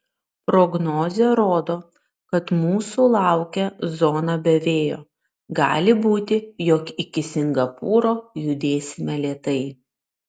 prognozė rodo kad mūsų laukia zona be vėjo gali būti jog iki singapūro judėsime lėtai